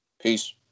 Peace